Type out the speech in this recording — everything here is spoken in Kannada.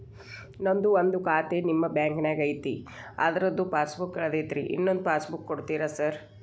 ನಂದು ಒಂದು ಖಾತೆ ನಿಮ್ಮ ಬ್ಯಾಂಕಿನಾಗ್ ಐತಿ ಅದ್ರದು ಪಾಸ್ ಬುಕ್ ಕಳೆದೈತ್ರಿ ಇನ್ನೊಂದ್ ಪಾಸ್ ಬುಕ್ ಕೂಡ್ತೇರಾ ಸರ್?